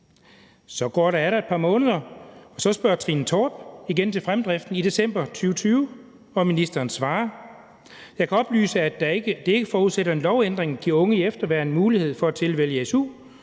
Så går der atter et par måneder, og så spørger Trine Torp igen til fremdriften i december 2020, hvor ministeren svarer: »Jeg kan oplyse, at det ikke forudsætter en lovændring at give unge i efterværn mulighed for at tilvælge SU.